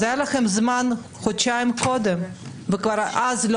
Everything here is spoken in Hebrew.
אז היה לכם זמן חודשיים קודם וכבר אז לא